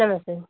नमस्ते